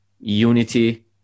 unity